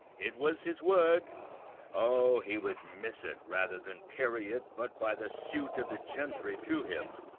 it was his word o, he would miss it rather than carry it but by the suit of the gentry to him,